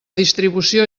distribució